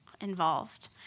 involved